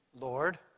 Lord